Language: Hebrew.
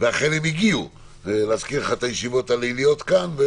ואכן הם הגיעו, להזכיר לך את הישיבות הליליות כאן.